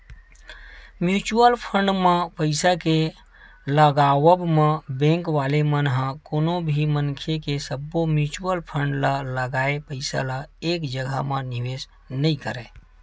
mutual fund म पइसा के लगावब म बेंक वाले मन ह कोनो भी मनखे के सब्बो म्युचुअल फंड म लगाए पइसा ल एक जघा म निवेस नइ करय